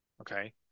Okay